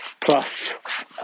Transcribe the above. plus